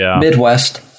Midwest